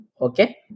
Okay